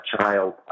child